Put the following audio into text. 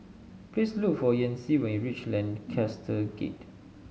please look for Yancy when you reach Lancaster Gate